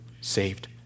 saved